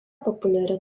populiari